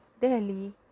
Delhi